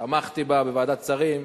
תמכתי בה בוועדת השרים,